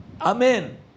Amen